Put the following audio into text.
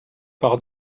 par